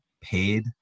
paid